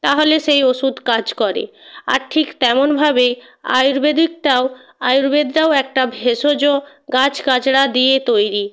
তাহলে সেই ওষুধ কাজ করে আর ঠিক তেমনভাবেই আয়ুর্বেদিকটাও আয়ুর্বেদটাও একটা ভেষজ গাছ গাছড়া দিয়ে তৈরি